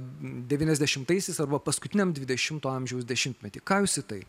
devyniasdešimtaisiais arba paskutiniam dvidešimto amžiaus dešimtmety ką jūs į tai